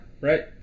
right